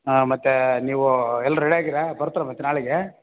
ಹಾಂ ಮತ್ತೆ ನೀವು ಎಲ್ಲ ರೆಡಿಯಾಗೀರಾ ಬರ್ತೀರಾ ಮತ್ತೆ ನಾಳೆಗೆ